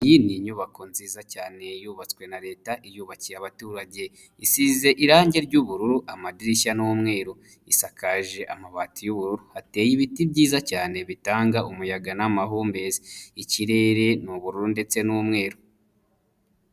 Iyi ni inyubako nziza cyane yubatswe na leta iyubakiye abaturage, isize irangi ry'ubururu amadirishya n'umweru, isakaje amabati y'ubururu, hateye ibiti byiza cyane bitanga umuyaga n'amahumbezi, ikirere n'ubururu ndetse n'umweru.